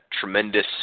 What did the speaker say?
tremendous